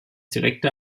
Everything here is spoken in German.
direkte